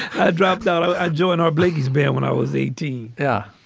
i dropped out. i joined our blakey's band when i was eighteen. yeah.